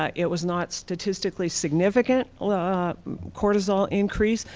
ah it was not statistically significant, ah cortisol increase,